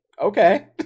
okay